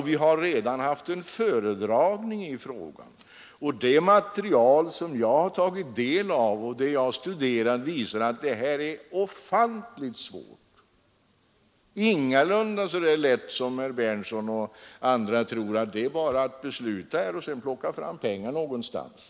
Vi har redan haft en föredragning i ämnet, och det material som jag har studerat visar att detta är en ofantligt svår fråga. Det är ingalunda så lätt som herr Berndtson och andra tror, nämligen bara att besluta och så plocka fram pengar någonstans.